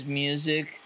music